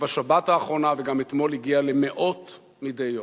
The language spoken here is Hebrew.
ובשבת האחרונה, וגם אתמול, הגיע למאות מדי יום.